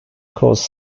cause